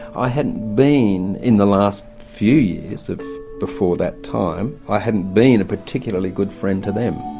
i hadn't been, in the last few years before that time, i hadn't been a particularly good friend to them.